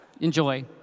Enjoy